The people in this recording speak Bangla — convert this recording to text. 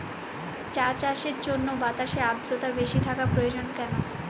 চা চাষের জন্য বাতাসে আর্দ্রতা বেশি থাকা প্রয়োজন কেন?